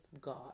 God